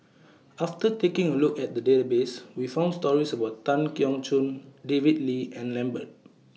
after taking A Look At The Database We found stories about Tan Keong Choon David Lee and Lambert